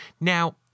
Now